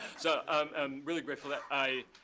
so i'm really grateful that i